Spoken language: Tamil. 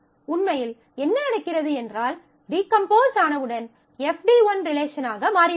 உண்மையில் என்ன நடக்கிறது என்றால் டீகம்போஸ் ஆனவுடன் FD1 ரிலேஷனாக மாறியுள்ளது